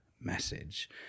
message